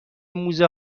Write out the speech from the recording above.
موزه